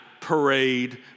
parade